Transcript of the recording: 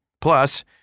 Plus